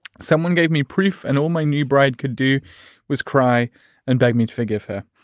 someone gave me proof and all my new bride could do was cry and beg me to forgive her.